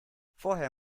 vorher